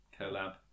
Collab